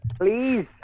please